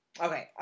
Okay